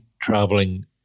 traveling